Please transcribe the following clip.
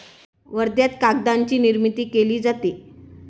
वर्ध्यात कागदाची निर्मिती केली जाते